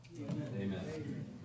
Amen